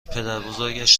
پدربزرگش